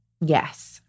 Yes